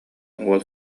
уол